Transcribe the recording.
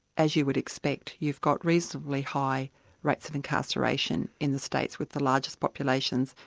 as you would expect, you've got reasonably high rates of incarceration in the states with the largest populations,